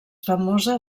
famosa